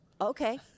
okay